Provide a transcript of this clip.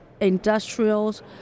industrials